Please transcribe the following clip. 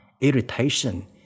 Irritation